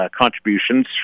contributions